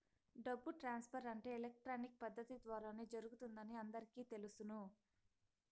డబ్బు ట్రాన్స్ఫర్ అంటే ఎలక్ట్రానిక్ పద్దతి ద్వారానే జరుగుతుందని అందరికీ తెలుసును